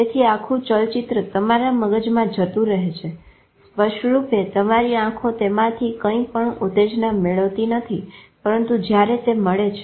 તેથી આખું ચલચિત્ર તમારા મગજમાં જતું રહે છે સ્પષ્ટરૂપે તમારી આંખો તેમાંથી કંઈપણ ઉતેજના મેળવતી નથી પરંતુ જયારે તે મળે છે